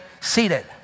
seated